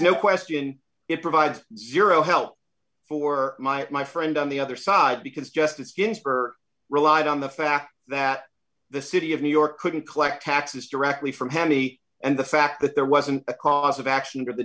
no question it provides zero help for my and my friend on the other side because justice ginsburg relied on the fact that the city of new york couldn't collect taxes directly from penny and the fact that there wasn't a cause of action t